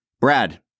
Brad